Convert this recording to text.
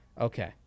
Okay